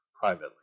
privately